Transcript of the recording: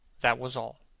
that was all.